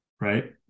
right